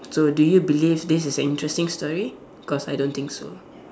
so do you believe this is an interesting story cause I don't think so